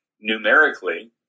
numerically